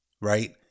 right